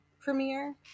premiere